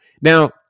Now